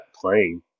playing